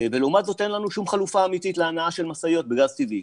ולעומת זאת אין לנו שום חלופה אמיתית להנעה של המשאיות בגז טבעי.